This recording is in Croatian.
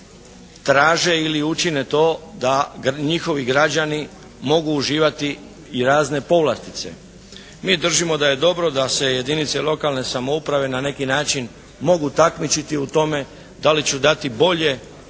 traže ili učine to da njihovi građani mogu uživati i razne povlastice. Mi držimo da je dobro da se jedinice lokalne samouprave na neki način mogu takmičiti u tome da li će dati bolje